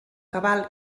cabal